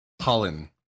Holland